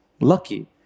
lucky